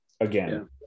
again